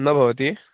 न भवति